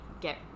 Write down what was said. get